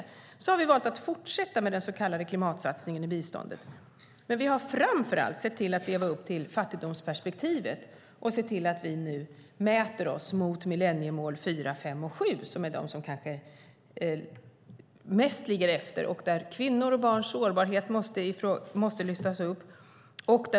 Därför har vi valt att fortsätta med den så kallade klimatsatsningen i biståndet, men framför allt har vi sett till att leva upp till fattigdomsperspektivet och mäta oss mot millenniemål 4, 5 och 7 som är de mål som kanske mest ligger efter. Kvinnors och barns sårbarhet måste lyftas upp.